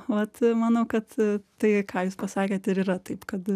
vat manau kad a tai ką jūs pasakėt ir yra taip kad